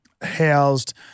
housed